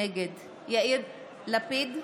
נגד יאיר לפיד,